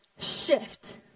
shift